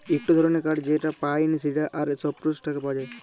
ইকটো ধরণের কাঠ যেটা পাইন, সিডার আর সপ্রুস থেক্যে পায়